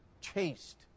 chased